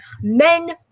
Men